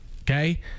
Okay